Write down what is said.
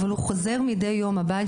אבל הבעל שלי,